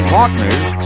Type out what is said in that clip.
Partners